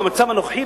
במצב הנוכחי,